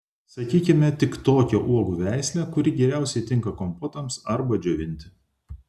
sakykime tik tokią uogų veislę kuri geriausiai tinka kompotams arba džiovinti